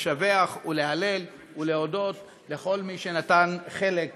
לשבח להלל ולהודות לכל מי שנטל חלק בקידומו.